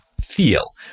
feel